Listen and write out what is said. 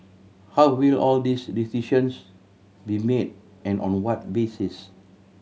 how will all these decisions be made and on what basis